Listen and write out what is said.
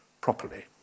properly